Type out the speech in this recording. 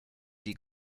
die